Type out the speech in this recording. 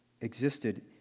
existed